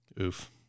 Oof